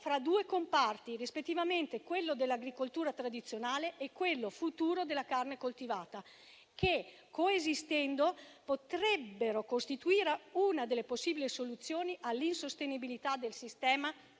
fra due comparti: rispettivamente, quello dell'agricoltura tradizionale e quello futuro della carne coltivata, che coesistendo potrebbero costituire una delle possibili soluzioni all'insostenibilità del sistema